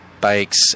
bikes